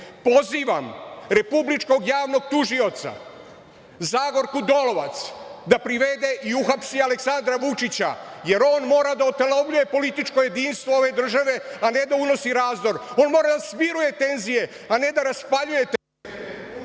pozivam Republičkog javnog tužioca, Zagorku Dolovac da privede i uhapsi Aleksandra Vučića, jer on mora da otelovljuje političko jedinstvo ove države, a ne da unosi razdor. On mora da smiruje tenzije, a ne da raspaljuje